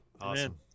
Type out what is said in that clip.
Awesome